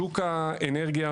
שוק האנרגיה,